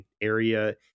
area